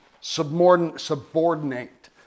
subordinate